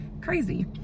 Crazy